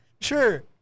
Sure